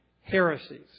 heresies